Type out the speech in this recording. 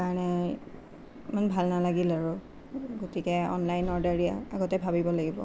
সেইকাৰণে ইমান ভাল নালাগিল আৰু গতিকে অনলাইন অৰ্ডাৰ দিয়া আগতে ভাবিব লাগিব কথা